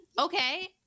Okay